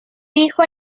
hijo